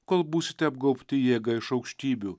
kol būsite apgaubti jėga iš aukštybių